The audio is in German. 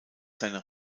seiner